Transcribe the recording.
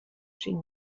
cinc